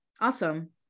Awesome